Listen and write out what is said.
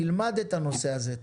תלמד את הנושא הזה,